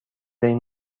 این